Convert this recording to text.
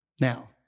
Now